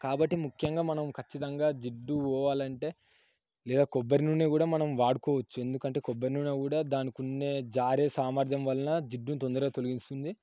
కాబట్టి ముఖ్యంగా మనం ఖచ్చితంగా జిడ్డు పోవాలంటే లేదా కొబ్బరి నూనె కూడా మనం వాడుకోవచ్చు ఎందుకంటే కొబ్బరి నూనె కూడా దానికి ఉండే జారే సామర్థ్యం వల్ల జిడ్డుని తొందరగా తొలగిస్తుంది